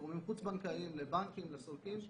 גורמים חוץ בנקאיים, בנקים, סולקים.